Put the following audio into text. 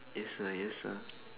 yes sir yes sir